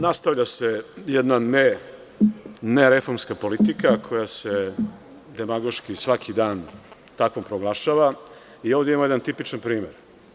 Nastavlja se jedna ne reformska politika koja se demagoški svaki dan tako proglašava i ovde imamo jedan tipičan primer.